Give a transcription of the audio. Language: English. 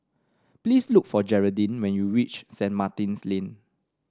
please look for Geraldine when you reach Saint Martin's Lane